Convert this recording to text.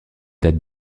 date